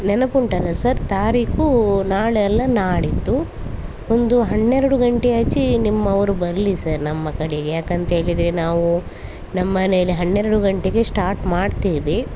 ನೆನಪುಂಟಲ್ಲ sir ತಾರೀಕು ನಾಳೆ ಅಲ್ಲ ನಾಡಿದ್ದು ಒಂದು ಹನ್ನೆರಡು ಗಂಟೆ ಆಚೆ ನಿಮ್ಮವರು ಬರಲಿ ಸರ ನಮ್ಮ ಕಡೆಗೆ ಯಾಕಂತೇಳಿದರೆ ನಾವು ನಮ್ಮ ಮನೇಲಿ ಹನ್ನೆರಡು ಗಂಟೆಗೆ ಸ್ಟಾರ್ಟ್ ಮಾಡ್ತೇವೆ